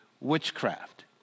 Witchcraft